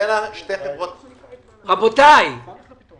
שתי החברות הבנות יהיו תחתיה.